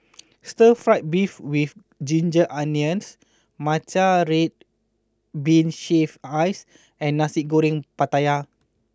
Stir Fried Beef with Ginger Onions Matcha Red Bean Shaved Ice and Nasi Goreng Pattaya